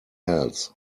else